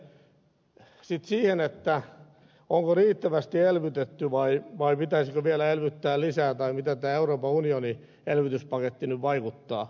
sitten siihen onko riittävästi elvytetty vai pitäisikö vielä elvyttää lisää tai mitä tämä euroopan unionin elvytyspaketti nyt vaikuttaa